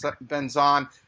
Benzon